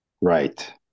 right